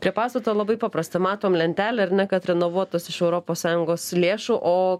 prie pastato labai paprasta matom lentelę ar ne kad renovuotas iš europos sąjungos lėšų o